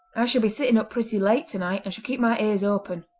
i shall be sitting up pretty late tonight and shall keep my ears open.